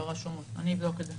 אני אבדוק את זה.